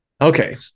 okay